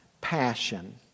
passion